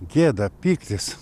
gėda pyktis